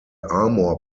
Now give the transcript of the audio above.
armour